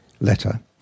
letter